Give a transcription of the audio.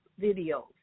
videos